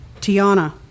Tiana